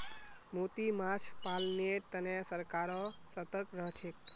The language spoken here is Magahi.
मोती माछ पालनेर तने सरकारो सतर्क रहछेक